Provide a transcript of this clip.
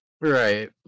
Right